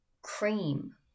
cream